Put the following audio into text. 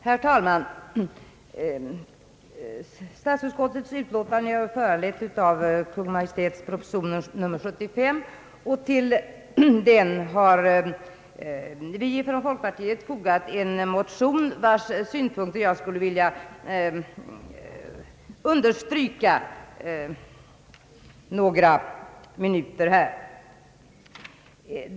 Herr talman! Föreliggande utlåtande från statsutskottet är föranlett av Kungl. Maj:ts proposition nr 75. I anledning av denna har vi från folkpartiet väckt en motion, vars synpunkter jag under några minuter skulle vilja understryka.